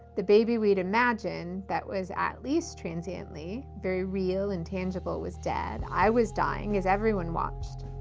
the baby we'd imagined, that was at least, transiently, very real and tangible, was dead. i was dying as everyone watched,